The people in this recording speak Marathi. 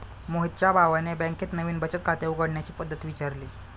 मोहितच्या भावाने बँकेत नवीन बचत खाते उघडण्याची पद्धत विचारली